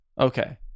Okay